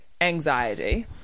anxiety